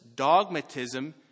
Dogmatism